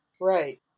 Right